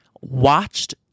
watched